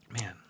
Man